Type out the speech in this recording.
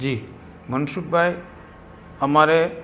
જી મનસુખભાઇ અમારે